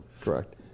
correct